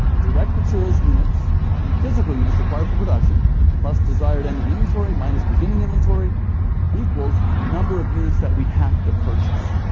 direct materials units and physical units required for production plus desired ending inventory minus beginning inventory equals number of units that we have to purchase.